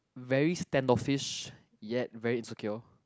very stand off-ish yet very insecure